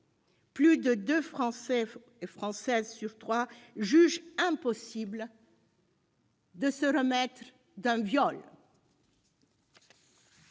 Plus de deux Français sur trois jugent impossible de se remettre d'un viol.